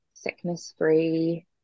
sickness-free